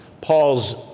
Paul's